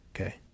okay